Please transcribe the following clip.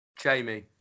Jamie